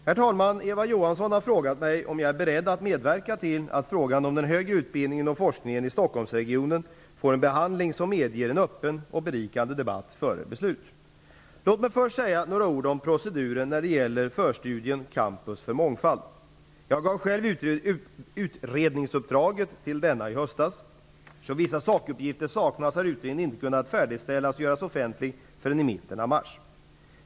Herr talman! Eva Johansson har frågat mig om jag är beredd att medverka till att frågan om den högre utbildningen och forskningen i Stockholmsregionen får en behandling som medger en öppen och berikande debatt före beslut. Låt mig först säga några ord om proceduren när det gäller förstudien Campus för mångfald. Jag gav själv utredningsuppdraget till denna i höstas. Eftersom vissa sakuppgifter saknats har utredningen inte kunnat färdigställas och göras offentlig förrän i mitten av mars.